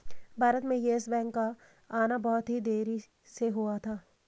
भारत में Yes Bank का आना बहुत ही देरी से हुआ था